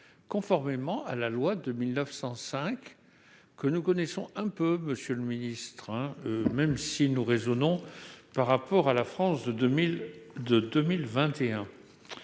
conformément à la loi de 1905, que nous connaissons un peu, monsieur le ministre, même si nous raisonnons par rapport à la France de 2021